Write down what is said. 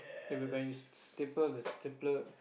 and when you staple the stapler